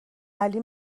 علی